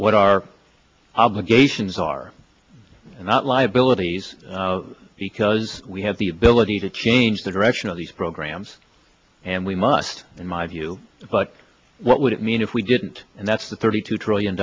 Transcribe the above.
what our obligations are not liabilities because we have the ability to change the direction of these programs and we must in my view but what would it mean if we didn't and that's the thirty two trillion